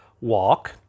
walk